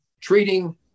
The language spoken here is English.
treating